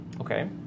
Okay